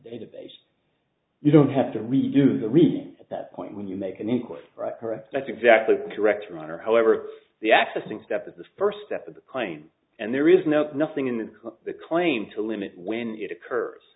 database you don't have to redo the read at that point when you make an equally correct that's exactly correct runner however the accessing step is the first step of the claim and there is no nothing in the claim to limit when it occurs